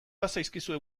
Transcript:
bazaizkizue